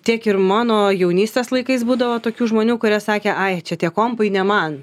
tiek ir mano jaunystės laikais būdavo tokių žmonių kurie sakė ai čia tie kompai ne man